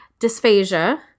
dysphagia